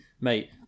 mate